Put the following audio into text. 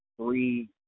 Three